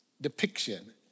depiction